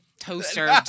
toaster